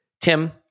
Tim